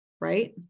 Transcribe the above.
right